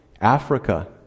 Africa